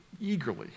eagerly